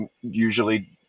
usually